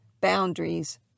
boundaries